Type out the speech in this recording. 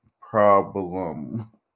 problem